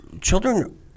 children